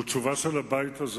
הוא תשובה של הבית הזה